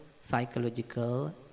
psychological